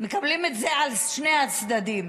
מקבלים את זה בשני הצדדים: